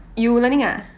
you learning ah